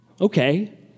Okay